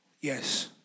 yes